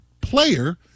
player